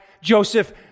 Joseph